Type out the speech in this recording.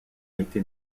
été